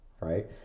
right